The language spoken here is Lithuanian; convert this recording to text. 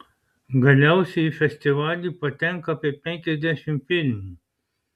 galiausiai į festivalį patenka apie penkiasdešimt filmų